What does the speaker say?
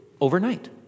overnight